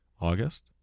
August